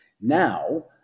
Now